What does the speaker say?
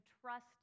trust